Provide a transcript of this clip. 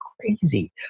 crazy